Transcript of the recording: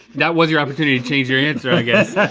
that was your opportunity to change your answer i guess.